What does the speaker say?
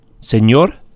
señor